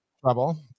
trouble